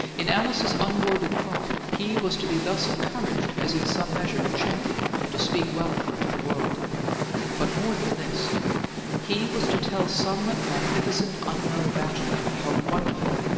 in alice's unworded thought, he was to be thus encouraged as in some measure a champion to speak well of her to the world but more than this he was to tell some magnificent unknown bachelor how wonderful,